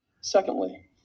Secondly